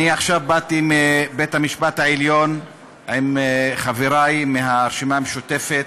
אני בא עכשיו מבית-המשפט העליון עם חברי מהרשימה המשותפת.